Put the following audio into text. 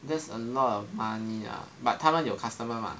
that's a lot of money ah but 他们有 customer mah